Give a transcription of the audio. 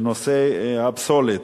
ונושא הפסולת,